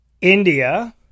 India